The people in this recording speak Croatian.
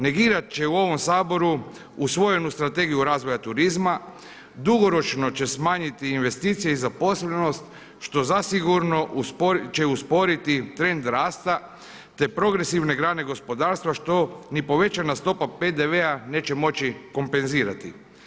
Negirati će u ovom Saboru usvojenu Strategiju razvoja turizma, dugoročno će smanjiti investicije i zaposlenost što zasigurno će usporiti trend rasta te progresivne grane gospodarstva što ni povećana stopa PDV-a neće moći kompenzirati.